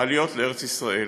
העליות לארץ ישראל.